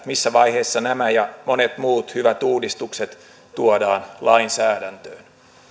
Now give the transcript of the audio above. missä vaiheessa nämä ja monet muut hyvät uudistukset tuodaan lainsäädäntöön